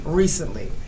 recently